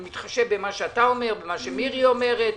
אני מתחשב במה שאתה אומר, במה שמירי אומרת.